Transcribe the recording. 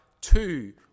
two